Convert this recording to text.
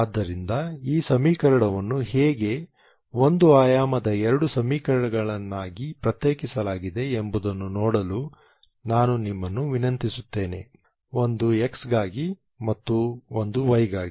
ಆದ್ದರಿಂದ ಈ ಸಮೀಕರಣವನ್ನು ಹೇಗೆ ಒಂದು ಆಯಾಮದ ಎರಡು ಸಮೀಕರಣಗಳನ್ನಾಗಿ ಪ್ರತ್ಯೇಕಿಸಲಾಗಿದೆ ಎಂಬುದನ್ನು ನೋಡಲು ನಾನು ನಿಮ್ಮನ್ನು ವಿನಂತಿಸುತ್ತೇನೆ ಒಂದು x ಗಾಗಿ ಮತ್ತು ಒಂದು y ಗಾಗಿ